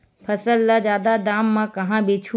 फसल ल जादा दाम म कहां बेचहु?